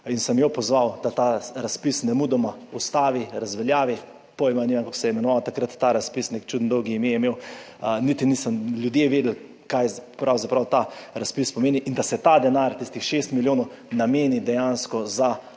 in sem jo pozval, da ta razpis nemudoma ustavi, razveljavi. Pojma nimam kako se je imenoval takrat ta razpis, neko čudno dolgo ime je imel. Niti niso ljudje vedeli kaj pravzaprav ta razpis pomeni. In da se ta denar, tistih 6 milijonov nameni dejansko za